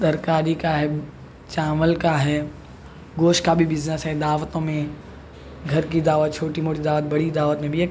ترکاری کا ہے چاول کا ہے گوشت کا بھی بزنس ہے دعوتوں میں گھر کی دعوت چھوٹی موٹی دعوت بڑی دعوت میں بھی ایک